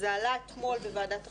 זה עלה אתמול בוועדת חוקה,